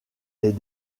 est